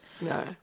no